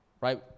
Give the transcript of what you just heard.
right